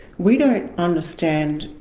we don't understand.